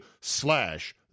slash